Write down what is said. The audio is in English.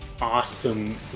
awesome